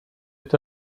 est